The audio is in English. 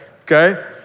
okay